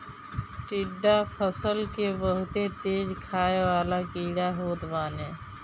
टिड्डा फसल के बहुते तेज खाए वाला कीड़ा होत बाने